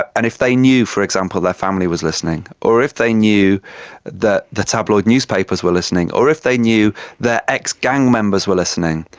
and if they knew, for example, their family was listening, or if they knew that the tabloid newspapers were listening, or if they knew that ex-gang members were listening,